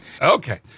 Okay